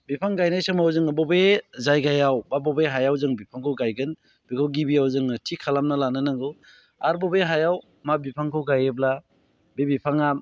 बिफां गायनाय समाव जोङो बबे जायगायाव बा बबे हायाव जों बिफांखौ गायगोन बेखौ गिबियाव जोङो थिग खालामना लानो नांगौ आरो बबे हायाव मा बिफांखौ गायोब्ला बे बिफाङा